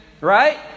right